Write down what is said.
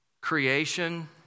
Creation